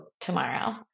tomorrow